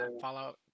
Fallout